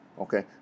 Okay